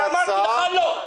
ואמרתי לך לא.